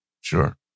sure